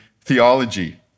theology